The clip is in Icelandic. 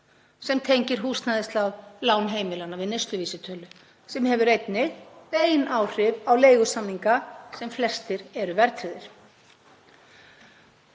sem tengir húsnæðislán heimilanna við neysluvísitölu sem hefur einnig bein áhrif á leigusamninga sem flestir eru verðtryggðir.